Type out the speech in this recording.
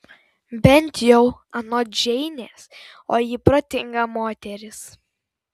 bent jau anot džeinės o ji protinga moteris